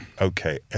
okay